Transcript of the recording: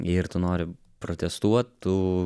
ir tu nori protestuot tu